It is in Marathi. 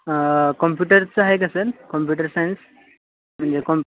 कॉम्प्युटरचं हाय कसं कॉम्प्युटर सायन्स म्हणजे कॉम्